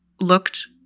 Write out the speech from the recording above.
looked